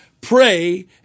pray